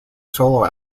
solo